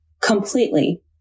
completely